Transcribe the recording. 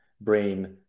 brain